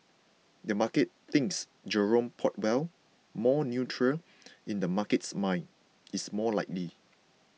the market thinks Jerome Powell more neutral in the market's mind is more likely